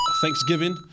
Thanksgiving